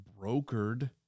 brokered